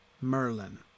Merlin